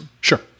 Sure